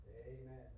Amen